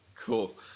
Cool